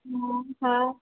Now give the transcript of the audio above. हूं हा